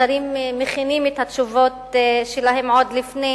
השרים מכינים את התשובות שלהם עוד לפני